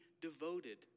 devoted